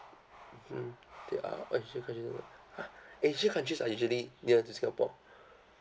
hmm they are oh asia countries ha asia countries are usually near to singapore